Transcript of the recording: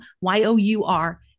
y-o-u-r